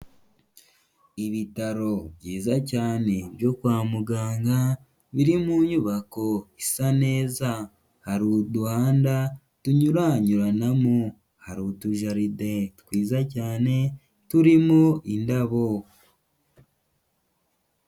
Ibitaro byiza cyane byo kwa muganga biri mu nyubako isa neza. Hari uduhanda tunyuranyuranamo. Hari utujaride twiza cyane turimo indabo.